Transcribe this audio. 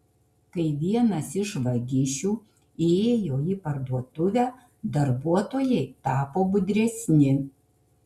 kai vienas iš vagišių įėjo į parduotuvę darbuotojai tapo budresni